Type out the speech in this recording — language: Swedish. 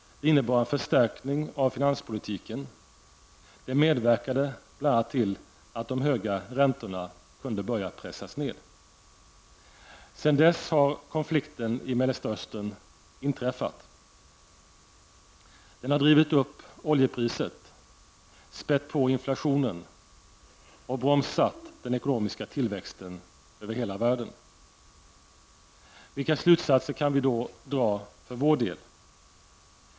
Det innebar en förstärkning av finanspolitiken. Det medverkade bl.a. till att de höga räntorna kunde börja pressas ned. Sedan dess har konflikten i Mellersta Östern inträffat. Den har drivit upp oljepriset, spätt på inflationen och bromsat den ekonomiska tillväxten över hela världen. Vilka slutsatser kan vi dra för vår del?